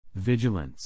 vigilance 。